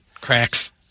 cracks